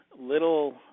little